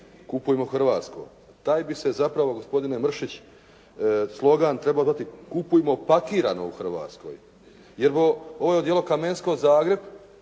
"Kupujmo hrvatsko". Taj bi se zapravo, gospodine Mršić slogan trebao zvati "Kupujmo pakirano u Hrvatskoj" jer ovo je odijelo "Kamensko Zagreb",